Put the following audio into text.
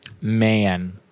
Man